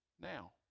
now